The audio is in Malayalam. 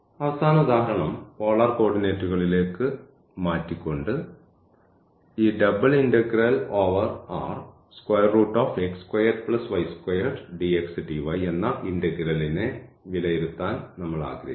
അവസാന ഉദാഹരണം പോളാർ കോർഡിനേറ്റുകളിലേക്ക് മാറ്റിക്കൊണ്ട് ഈ എന്ന ഇന്റഗ്രലിനെ വിലയിരുത്താൻ ഞങ്ങൾ ആഗ്രഹിക്കുന്നു